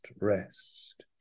rest